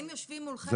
מה זה קבוצה מיוחדת?